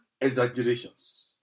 exaggerations